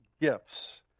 gifts